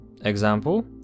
Example